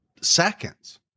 seconds